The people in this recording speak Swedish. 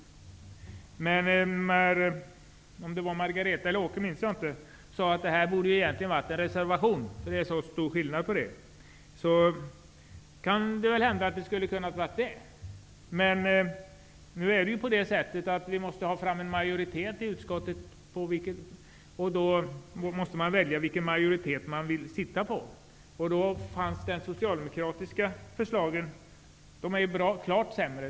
Jag minns inte om det var Margareta Winberg eller Åke Selberg som sade att det egentligen borde ha avgivits en reservation i denna fråga, eftersom skillnaden mellan uppfattningarna är så stor. Det kan hända, men vi måste försöka få fram en majoritet i utskottet, och då får man välja vilken sida man vill tillhöra. De socialdemokratiska förslagen var klart sämre.